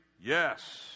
yes